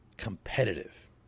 competitive